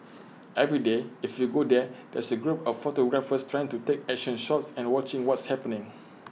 every day if you go there there's A group of photographers trying to take action shots and watching what's happening